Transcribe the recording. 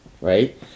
right